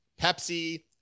Pepsi